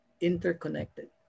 interconnected